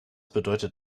bedeutet